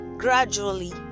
Gradually